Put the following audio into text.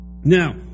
Now